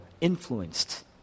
influenced